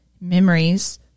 memories